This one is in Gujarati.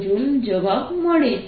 0 J જવાબ મળે છે